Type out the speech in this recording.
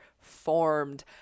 formed